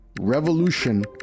Revolution